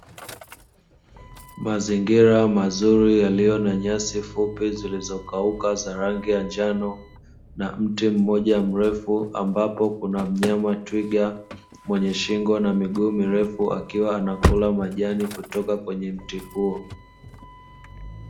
Mazingira yaliyo na nyasi fupi, zilizo kauka za rangi ya njano na mti mmoja mrefu ambapo kuna mnyama twiga mwenye shingo na miguu mirefu akiwa anakula majani kutoka kwenye mti huo.